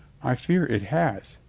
i fear it has,